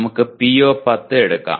നമുക്ക് PO10 എടുക്കാം